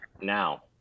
Now